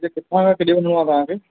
हिते किथां खां केॾे वञिणो आहे तव्हांखे